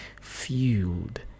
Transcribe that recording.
fueled